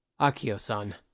Akio-san